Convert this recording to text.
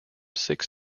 six